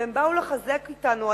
והם באו לחזק אותנו,